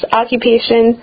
occupation